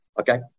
Okay